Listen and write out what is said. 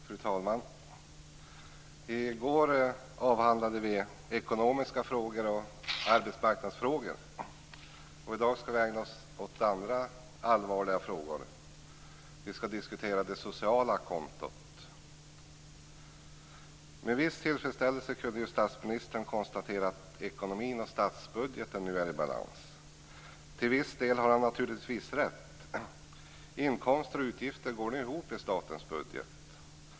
Fru talman! I går avhandlade vi ekonomiska frågor och arbetsmarknadsfrågor. I dag skall vi ägna oss åt andra allvarliga frågor. Vi skall diskutera det sociala kontot. Med viss tillfredsställelse kunde statsministern konstatera att ekonomin och statsbudgeten är i balans. Till viss del har han naturligtvis rätt. Inkomster och utgifter går nu ihop i statens budget.